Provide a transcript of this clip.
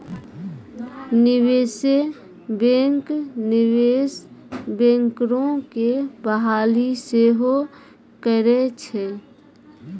निवेशे बैंक, निवेश बैंकरो के बहाली सेहो करै छै